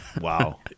Wow